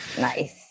Nice